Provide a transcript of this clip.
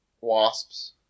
Wasps